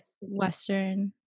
Western